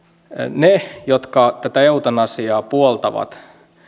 he jotka tätä eutanasiaa puoltavat